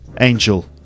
Angel